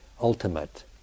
ultimate